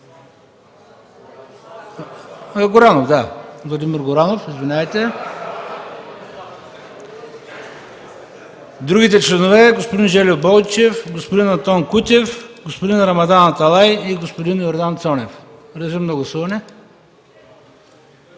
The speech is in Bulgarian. Горанов, господин Жельо Бойчев, господин Антон Кутев, господин Рамадан Аталай и господин Йордан Цонев. Моля, гласувайте.